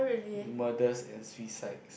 murder and suicide